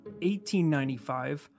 1895